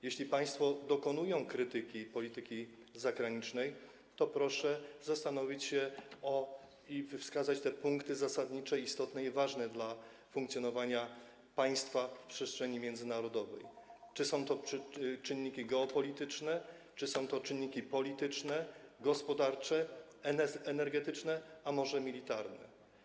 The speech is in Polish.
Jeśli państwo dokonują krytyki polityki zagranicznej, to proszę wskazać punkty zasadnicze, istotne, ważne dla funkcjonowania państwa w przestrzeni międzynarodowej i zastanowić się, czy są to czynniki geopolityczne, czy są to czynniki polityczne, gospodarcze, energetyczne, a może militarne.